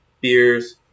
beers